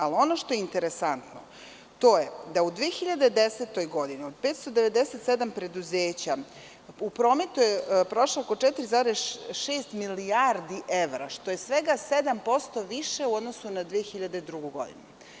Ali, ono što je interesantno, to je da u 2010. godini od 597 preduzeća u prometu je prošlo oko 4,6 milijardi evra, što je svega 7% više u odnosu na 2002. godinu.